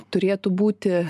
turėtų būti